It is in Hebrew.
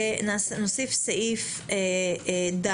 אנחנו נוסיף סעיף ד